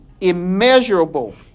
immeasurable